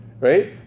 right